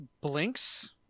blinks